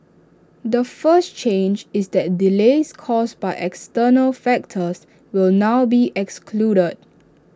the first change is that delays caused by external factors will now be excluded